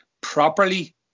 properly